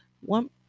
one